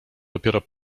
dopiero